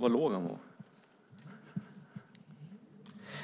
Fru talman!